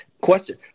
Question